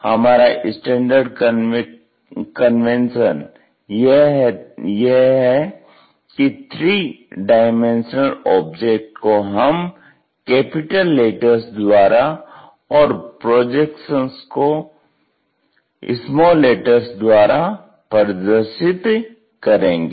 हमारा standard convention यह है कि थ्री डाइमेंशनल ऑब्जेक्ट को हम कैपिटल लेटर्स द्वारा और प्रोजेक्शन को स्मॉल लेटर्स द्वारा प्रदर्शित करेंगे